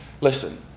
Listen